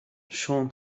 siôn